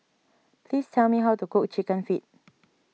please tell me how to cook Chicken Feet